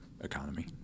economy